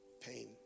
pain